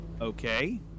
Okay